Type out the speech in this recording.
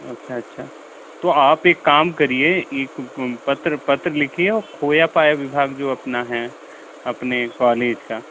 अच्छा अच्छा तो आप एक काम करिए एक पत्र पत्र लिखिए और खोया पाया विभाग जो अपना है अपने कॉलेज का